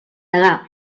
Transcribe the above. degà